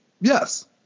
Yes